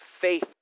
faith